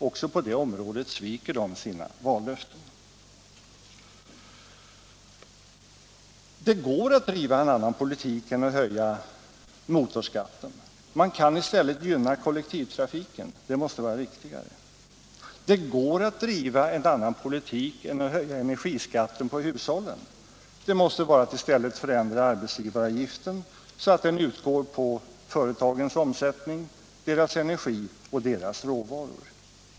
Också på det området sviker de sina vallöften. Det går att driva en annan politik än att höja motorskatten. Man kan i stället gynna kollektivtrafiken; det måste vara riktigare. Det går att driva en annan politik än att höja energiskatten för hushållen. Det måste vara bättre att i stället förändra arbetsgivaravgiften, så att den utgår på företagens omsättning, deras energi och deras råvaror.